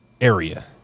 area